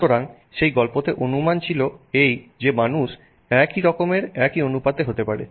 সুতরাং সেই গল্পতে অনুমান ছিল এই যে মানুষ একই রকমের একি অনুপাতে হতে পারে